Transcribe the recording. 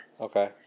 Okay